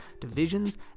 divisions